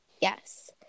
Yes